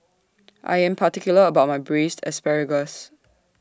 I Am particular about My Braised Asparagus